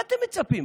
להפך,